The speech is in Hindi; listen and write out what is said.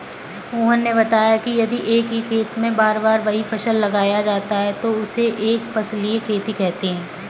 मोहन ने बताया कि यदि एक ही खेत में बार बार वही फसल लगाया जाता है तो उसे एक फसलीय खेती कहते हैं